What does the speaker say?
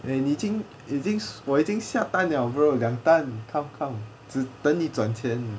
and 已经已经我已经下单了 bro 两单 come come 只等你转钱